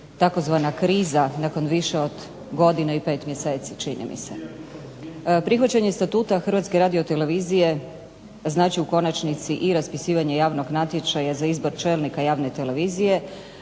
tzv. kriza nakon više od godine i pet mjeseci čini mi se. Prihvaćanje Statuta Hrvatske radiotelevizije znači u konačnici i raspisivanje javnog natječaja za izbor čelnika javne televizije,